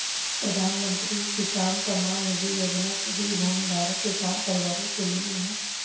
प्रधानमंत्री किसान सम्मान निधि योजना सभी भूमिधारक किसान परिवारों के लिए है